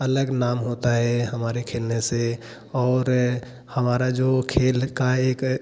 अलग नाम होता है हमारे खेलने से और हमारा जो खेल का एक